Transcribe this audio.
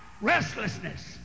restlessness